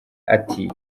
ati